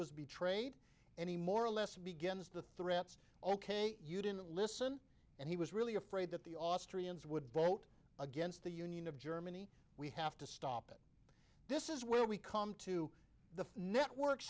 was betrayed any more or less begins the threats ok you didn't listen and he was really afraid that the austrians would vote against the union of germany we have to stop it this is where we come to the network